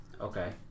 Okay